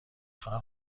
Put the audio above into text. خواهم